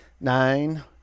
nine